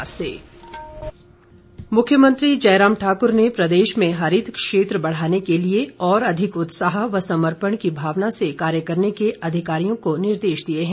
मुख्यमंत्री मुख्यमंत्री जयराम ठाकुर ने प्रदेश में हरित क्षेत्र बढ़ाने के लिए और अधिक उत्साह व समर्पण की भावना से कार्य करने के अधिकारियों को निर्देश दिए हैं